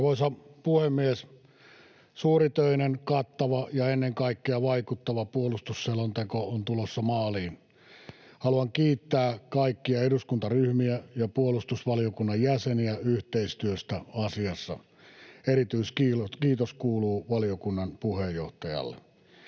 Arvoisa puhemies! Suuritöinen, kattava ja ennen kaikkea vaikuttava puolustussekonteko on tulossa maaliin. Haluan kiittää kaikkia eduskuntaryhmiä ja puolustusvaliokunnan jäseniä yhteistyöstä asiassa — erityiskiitos kuuluu valiokunnan puheenjohtajalle.